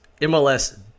MLS